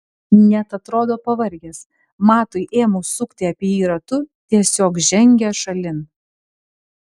net atrodo pavargęs matui ėmus sukti apie jį ratu tiesiog žengia šalin